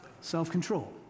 self-control